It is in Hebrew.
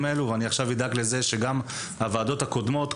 האלו ואני עכשיו אדאג לזה שגם הוועדות הקודמות,